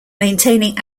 maintaining